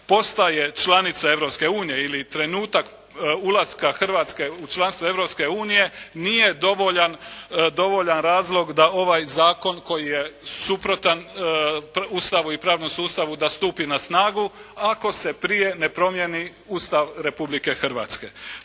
postaje članica Europske unije ili trenutak ulaska Hrvatske u članstvo Europske unije nije dovoljan razlog da ovaj zakon koji je suprotan Ustavu i pravnom sustavu da stupi na snagu ako se prije ne promjeni Ustav Republike Hrvatske.